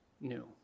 new